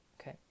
Okay